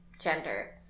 gender